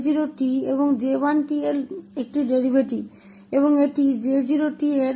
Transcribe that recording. तो यहाँ यह एक डेरीवेटिव है